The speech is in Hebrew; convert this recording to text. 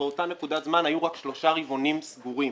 באותה נקודת זמן היו רק שלושה רבעונים סגורים.